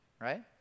Right